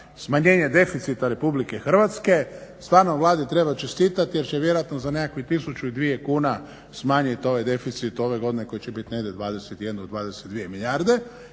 smanjenje deficita Republike Hrvatske stvarno Vladi treba čestitati jer će vjerojatno za nekakvih tisuću i dvije kuna smanjiti ovaj deficit ove godine koji će biti negdje 21, 22 milijarde.